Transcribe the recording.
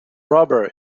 rubber